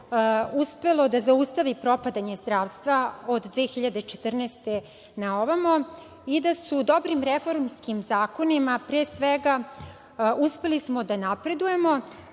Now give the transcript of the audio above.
uspelo da zaustavi propadanje zdravstva od 2014. godine na ovamo i da su u dobrim reformskim zakonima, pre svega, uspeli smo da napredujemo,